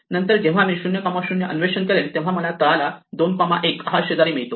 नंतर जेव्हा मी 00 अन्वेषण करेल तेव्हा मला तळाला 21 हा शेजारी मिळतो